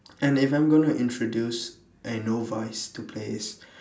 and if I'm going to introduce a novice to play